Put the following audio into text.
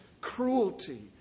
Cruelty